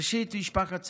ראשית, משפחת סולומון,